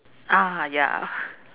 ah ya